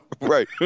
Right